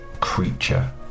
creature